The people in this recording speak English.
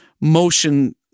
motion